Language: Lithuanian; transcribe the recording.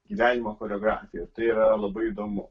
gyvenimo choreografiją tai yra labai įdomu